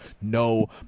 no